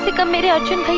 like meet arjun